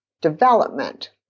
development